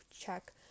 check